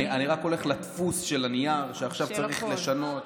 אני רק הולך לדפוס של הנייר שעכשיו צריך לשנות.